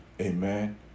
amen